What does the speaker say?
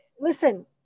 listen